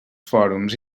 fòrums